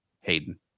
Hayden